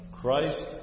Christ